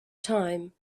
time